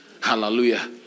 Hallelujah